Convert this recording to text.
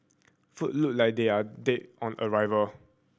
food look like they are dead on arrival